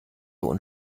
und